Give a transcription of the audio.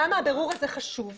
למה הבירור הזה חשוב?